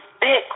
big